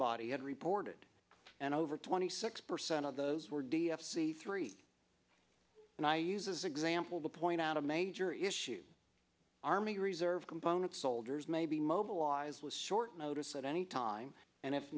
body had reported and over twenty six percent of those were d f c three and i use example to point out a major issue army reserve component soldiers may be mobilized with short notice at any time and if